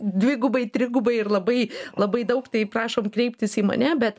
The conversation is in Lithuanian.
dvigubai trigubai ir labai labai daug tai prašom kreiptis į mane bet